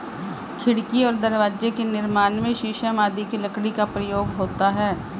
खिड़की और दरवाजे के निर्माण में शीशम आदि की लकड़ी का प्रयोग होता है